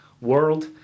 world